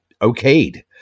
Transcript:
okayed